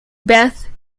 beth